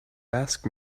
ask